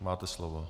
Máte slovo.